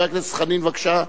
חבר הכנסת חנין, בבקשה.